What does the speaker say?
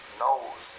knows